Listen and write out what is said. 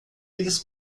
eles